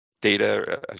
data